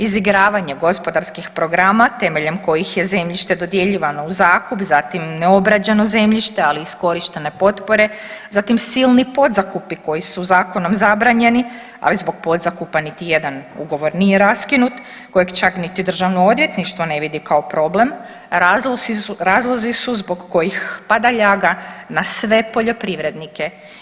Izigravanje gospodarskih programa temeljem kojih je zemljište dodjeljivano u zakup, zatim neobrađeno zemljište ali iskorištene potpore, zatim silni podzakupi koji su zakonom zabranjeni, ali zbog podzakupa niti jedan ugovor nije raskinut kojeg čak niti državno odvjetništvo ne vidi kao problem, razlozi su zbog kojih pada ljaga na sve poljoprivrednike.